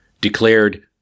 declared